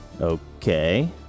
okay